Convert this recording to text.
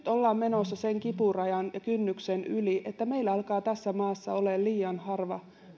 ollaan menossa sen kipurajan ja kynnyksen yli että meillä alkaa tässä maassa olemaan liian harva